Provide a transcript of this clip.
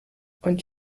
und